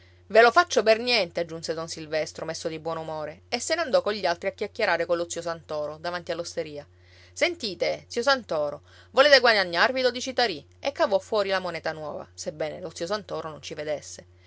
ve lo faccio per niente aggiunse don silvestro messo di buon umore e se ne andò cogli altri a chiacchierare con lo zio santoro davanti all'osteria sentite zio santoro volete guadagnarvi dodici tarì e cavò fuori la moneta nuova sebbene lo zio santoro non ci vedesse